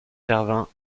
servin